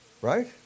right